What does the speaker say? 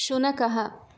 शुनकः